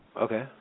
Okay